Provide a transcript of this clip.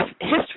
history